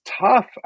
tough